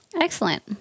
Excellent